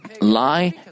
lie